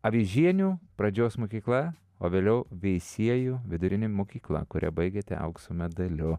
avižienių pradžios mokykla o vėliau veisiejų vidurinė mokykla kurią baigėte aukso medaliu